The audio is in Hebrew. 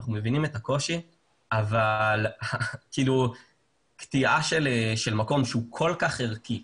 אנחנו מבינים את הקושי אבל קטיעה של מקום שהוא כל כך ערכי